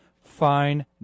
Fine